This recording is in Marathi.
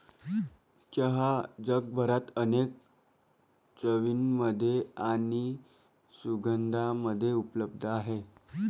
चहा जगभरात अनेक चवींमध्ये आणि सुगंधांमध्ये उपलब्ध आहे